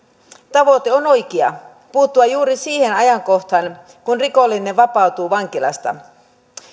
tavoite on oikea puuttua juuri siihen ajankohtaan kun rikollinen vapautuu vankilasta